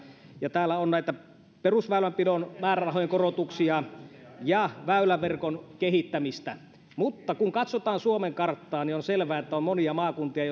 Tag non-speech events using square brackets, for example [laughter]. ja täällä on näitä perusväylänpidon määrärahojen korotuksia ja väyläverkon kehittämistä mutta kun katsotaan suomen karttaa niin on selvä että on monia maakuntia [unintelligible]